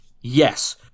Yes